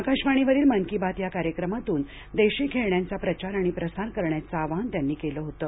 आकाशवाणीवरील मन की बात या कार्यक्रमातून देशी खेळण्यांचा प्रचार आणि प्रसार करण्याचं आवाहन केलं होतं